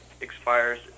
expires